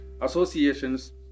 associations